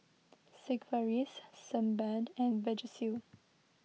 Sigvaris Sebamed and Vagisil